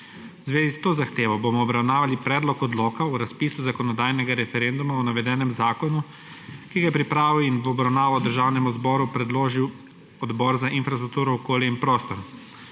zvezi s to zahtevo bomo obravnavali predlog odloka o razpisu zakonodajnega referenduma o navedenem zakonu, ki ga je pripravil in v obravnavo Državnemu zboru predložil Odbor za infrastrukturo, okolje in prostor.